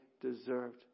deserved